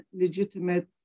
legitimate